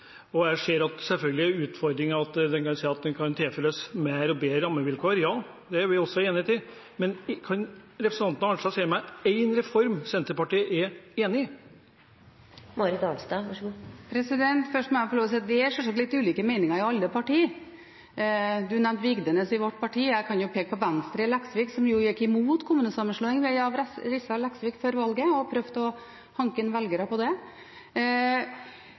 i. Jeg ser selvfølgelig at det er utfordringer, at en kan si at det kan tilføres mer og bedre rammevilkår. Det er vi også enig i. Men kan representanten Arnstad nevne én reform som Senterpartiet er enig i? Først må jeg få lov til å si at det sjølsagt er litt ulike meninger i alle parti. Representanten nevnte Vigdenes i vårt parti. Jeg kan peke på Venstre i Leksvik, som jo gikk imot kommunesammenslåing av Rissa og Leksvik før valget og prøvde å hanke inn velgere på det.